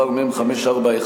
מ/541,